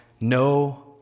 no